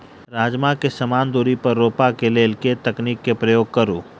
राजमा केँ समान दूरी पर रोपा केँ लेल केँ तकनीक केँ प्रयोग करू?